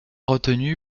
retenu